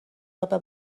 رابه